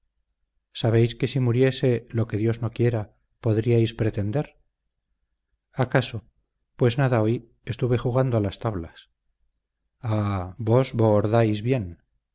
sabéis que si muriese lo que dios no quiera podríais pretender acaso pues nada oí estuve jugando a las tablas ah vos bohordáis bien